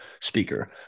speaker